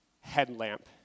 headlamp